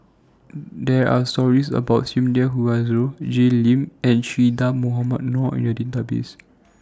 There Are stories about Sumida Haruzo Jay Lim and Che Dah Mohamed Noor in The Database